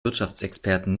wirtschaftsexperten